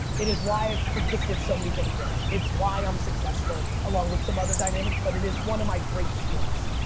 it is why i've predicted so many things right. it's why i'm successful along with some other dynamics but it is one of my great skills.